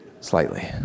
slightly